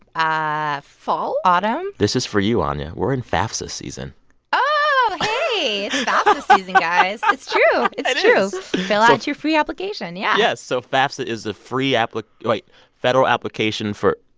ah fall? autumn? this is for you, anya. we're in fafsa season oh, hey. it's fafsa season, guys. um it's true. it's true it is fill out your free application, yeah yeah. so fafsa is a free ah like wait, federal application for.